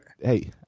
hey